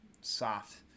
soft